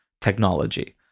technology